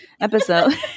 episode